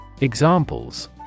Examples